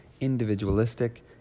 individualistic